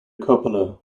coppola